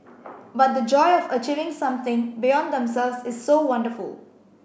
but the joy of achieving something beyond themselves is so wonderful